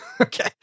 Okay